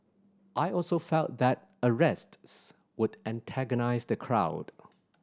I also felt that arrests would antagonise the crowd